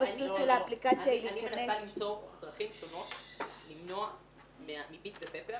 אני מנסה לפתור צרכים ולמנוע מ-ביט ו-פפר